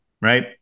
right